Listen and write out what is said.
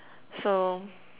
so